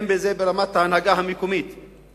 אם זה ברמת ההנהגה המקומית,